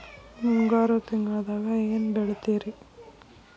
ಮುಂಗಾರು ತಿಂಗಳದಾಗ ಏನ್ ಬೆಳಿತಿರಿ?